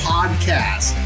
Podcast